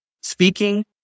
speaking